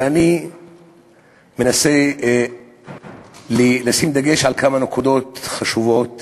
ואני מנסה לשים דגש על כמה נקודות חשובות